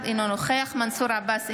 אינו נוכח מנסור עבאס,